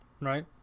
right